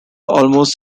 almost